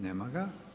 Nema ga.